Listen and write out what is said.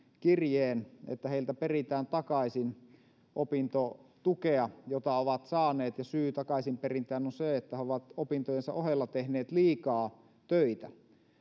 kirjeen että heiltä peritään takaisin opintotukea jota ovat saaneet ja syy takaisinperintään on se että he ovat opintojensa ohella tehneet liikaa töitä